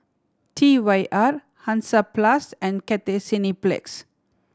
T Y R Hansaplast and Cathay Cineplex